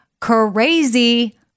crazy